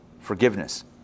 forgiveness